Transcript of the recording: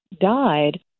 died